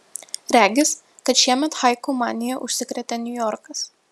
regis kad šiemet haiku manija užsikrėtė niujorkas